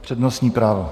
Přednostní právo.